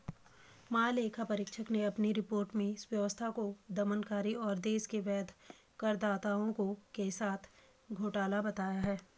महालेखा परीक्षक ने अपनी रिपोर्ट में व्यवस्था को दमनकारी और देश के वैध करदाताओं के साथ घोटाला बताया है